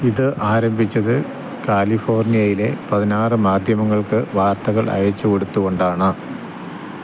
ഇത് ആരംഭിച്ചത് കാലിഫോർണിയയിലെ പതിനാറ് മാധ്യമങ്ങൾക്ക് വാര്ത്തകള് അയച്ചുകൊടുത്തുകൊണ്ടാണ്